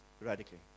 radically